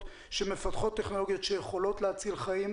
שמפתחות טכנולוגיות שיכולות להציל חיים,